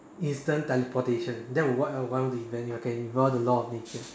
instant teleportation that would be what I want to invent if I can ignore the law of nature